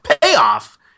payoff